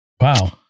wow